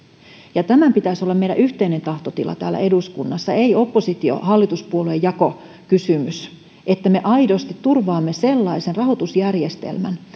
ja tämän pitäisi olla meillä yhteinen tahtotila täällä eduskunnassa ei oppositio hallituspuolue jakokysymys että me aidosti turvaamme sellaisen rahoitusjärjestelmän